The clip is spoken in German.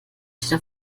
steht